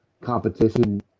competition